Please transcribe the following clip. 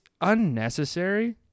unnecessary